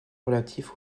relatif